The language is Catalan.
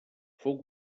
fou